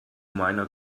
meiner